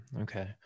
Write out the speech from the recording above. okay